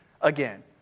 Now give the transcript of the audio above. again